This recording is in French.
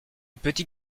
petit